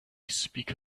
speak